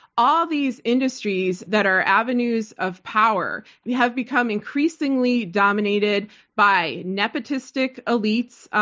all these industries that are avenues of power have become increasingly dominated by nepotistic elites,